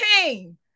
came